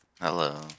hello